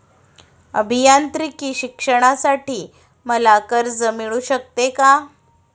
अभियांत्रिकी शिक्षणासाठी मला कर्ज मिळू शकते का?